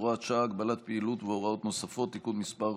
הצעת חוק הביטוח הלאומי (תיקון מס'